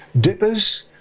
dippers